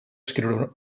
escriure